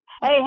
Hey